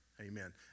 Amen